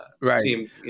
Right